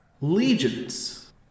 Legions